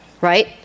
right